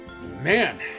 Man